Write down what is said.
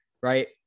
right